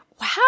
Wow